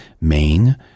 Maine